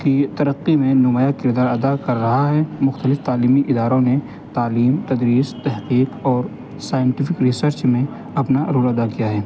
کی ترقی میں نمایاں کردار ادا کر رہا ہے مختلف تعلیمی اداروں میں تعلیم تدریس تحقیق اور سائنٹفک ریسرچ میں اپنا رول ادا کیا ہے